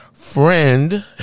friend